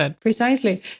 precisely